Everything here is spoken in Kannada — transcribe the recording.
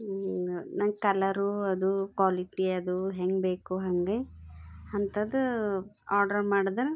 ನಂಗೆ ಕಲರೂ ಅದು ಕ್ವಾಲಿಟಿ ಅದು ಹೆಂಗೆ ಬೇಕು ಹಂಗೆ ಅಂಥದ್ ಆಡ್ರ್ ಮಾಡದ್ರೆ